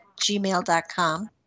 gmail.com